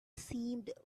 seemed